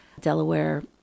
Delaware